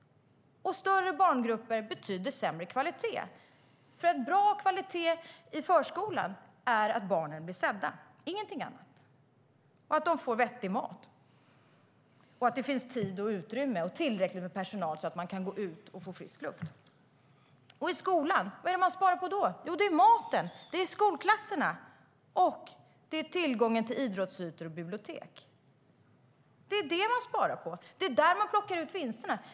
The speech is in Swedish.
Större barngrupper betyder sämre kvalitet. Bra kvalitet i förskolan är att barnen blir sedda - ingenting annat - och att de får vettig mat. Det ska också finnas tid och utrymme och tillräckligt med personal så att alla kan gå ut och få frisk luft. Vad är det man sparar på i skolan? Det är maten och skolklasserna, och det är tillgången till idrottsytor och bibliotek. Det är det man sparar på, och det är där man plockar ut vinsterna.